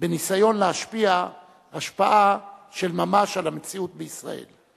בניסיון להשפיע השפעה של ממש על המציאות בישראל.